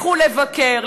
לכו לבקר,